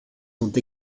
sont